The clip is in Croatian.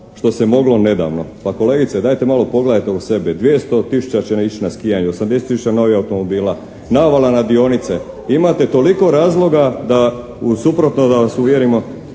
što se moglo nedavno. Pa kolegice, dajte malo pogledajte oko sebe, 200 tisuća će ići na skijanje, 80 tisuća novih automobila, navala na dionice. Imate toliko razloga da u suprotno da vas uvjerimo.